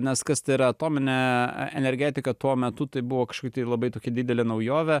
nes kas tai yra atominė energetika tuo metu tai buvo kažkokia tai labai tokia didelė naujovė